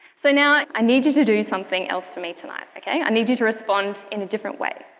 so now i need you to do something else for me tonight, like i need you to respond in a different way.